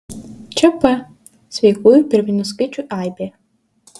čia p sveikųjų pirminių skaičių aibė